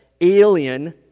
alien